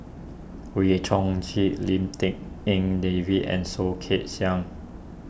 Wee Chong Jin Lim Tik En David and Soh Kay Siang